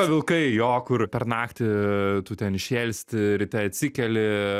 vilkai jo kur per naktį tu ten šėlsti ryte atsikeli